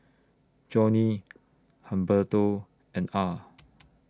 Johnny Humberto and Ah